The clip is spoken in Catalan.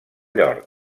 york